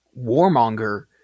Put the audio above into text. warmonger